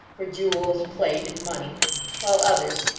for jewels, plate, and money while others,